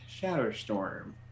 Shadowstorm